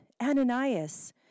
Ananias